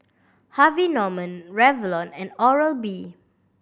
Harvey Norman Revlon and Oral B